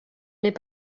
n’est